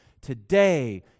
Today